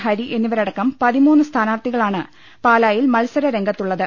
ഹരി എന്നിവരടക്കം പതിമൂന്ന് സ്ഥാനാർത്ഥികളാണ് പാലായിൽ മൽസര രംഗത്തുള്ളത്